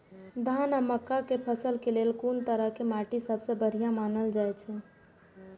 धान आ मक्का के फसल के लेल कुन तरह के माटी सबसे बढ़िया मानल जाऐत अछि?